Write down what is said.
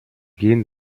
gehen